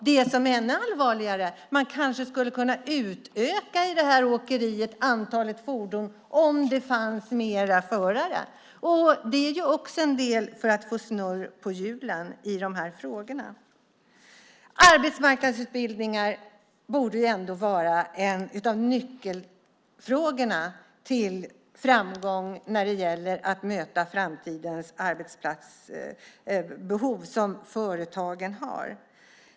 Det som är ännu allvarligare är att man skulle kunna utöka antalet fordon i åkeriet om det fanns fler förare. Det är också en del i att få snurr på hjulen i de här frågorna. Arbetsmarknadsutbildningar borde vara en av nyckelfrågorna för framgång i att möta det framtida arbetskraftsbehov som företagen har.